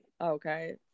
Okay